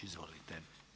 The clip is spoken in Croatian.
Izvolite.